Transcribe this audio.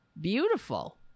beautiful